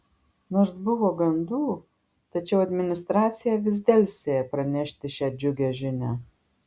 nors buvo gandų tačiau administracija vis delsė pranešti šią džiugią žinią